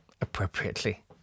appropriately